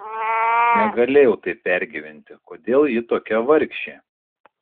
negalėjau taip pergyventi kodėl ji tokia vargšė